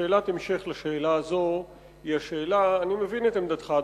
שאלת המשך לשאלה זו: אני מבין שעמדתך,